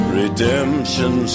redemption